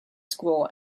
school